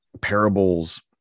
parables